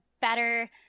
better